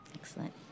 Excellent